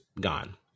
gone